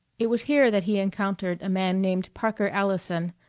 it was here that he encountered a man named parker allison,